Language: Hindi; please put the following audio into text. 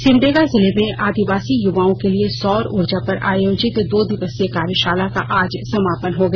सिमडेगा जिले में आदिवासी यूवाओं के लिए सौर ऊर्जा पर आयोजित दो दिवसीय कार्यशाला का आज समापन हो गया